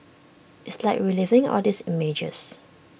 it's like reliving all those images